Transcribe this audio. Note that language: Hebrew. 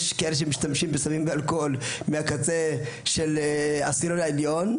יש כאלה שמשתמשים בסמים ואלכוהול מהקצה של העשירון העליון,